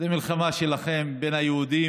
זו מלחמה שלכם, בין היהודים,